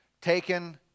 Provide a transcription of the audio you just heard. taken